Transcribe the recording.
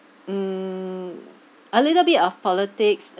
mm a little bit of politics